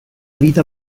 vita